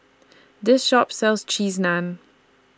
This Shop sells Cheese Naan